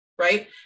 right